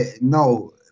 no